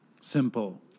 Simple